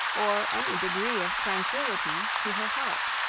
or any degree of tranquillity to her heart.